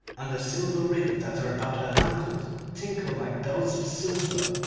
and the silver rings that are about her ankles tinkle like bells of silver.